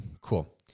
cool